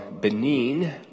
Benin